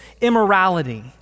immorality